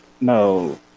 no